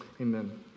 Amen